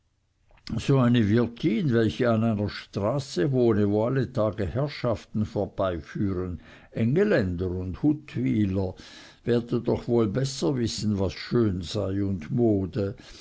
so eine wirtin welche an einer straße wohne wo alle tage herrschaften vorbeiführen engeländer und huttwyler werde doch wohl besser wissen was schön sei und mode